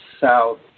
south